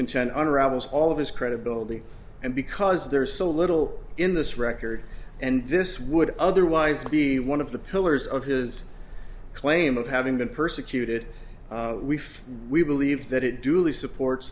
contend unravels all of his credibility and because there is so little in this record and this would otherwise be one of the pillars of his claim of having been persecuted we we believe that it duly supports